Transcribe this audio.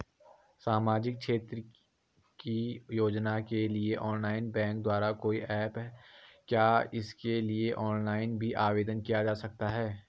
सामाजिक क्षेत्र की योजनाओं के लिए ऑनलाइन बैंक द्वारा कोई ऐप है क्या इसके लिए ऑनलाइन भी आवेदन किया जा सकता है?